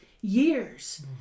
years